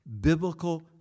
biblical